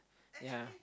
yeah